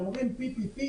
אומרים: P.P.P,